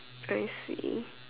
I see